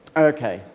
ok.